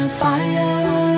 fire